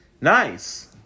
Nice